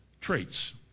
traits